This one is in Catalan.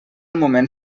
moment